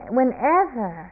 whenever